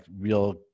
real